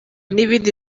n’ibindi